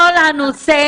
הנושא